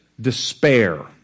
despair